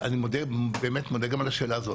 אני באמת מודה גם על השאלה הזאת.